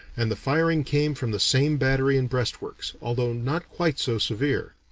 and the firing came from the same battery and breastworks, although not quite so severe.